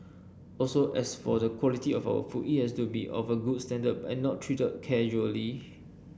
also as for the quality of our food it has to be of a good standard and not treated casually